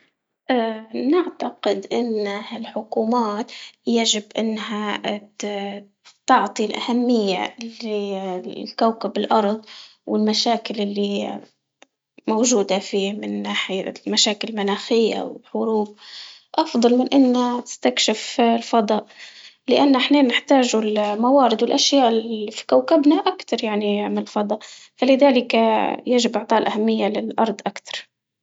نعتقد إنه الحكومات يجب إنها ت- تعطي الأهمية ل- لكوكب الأرض والمشاكل اللي موجودة فيه من مشاكل مناخية وحروب، أفضل من إنه تستكشف الفضاء لأنه احنا نحتاجوا الموارد والأشياء اللي في كوكبنا أكتر يعني من الفضاء، فلذلك يجب إعطاء الأهمية للأـرض أكتر.